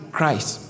Christ